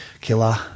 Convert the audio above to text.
killer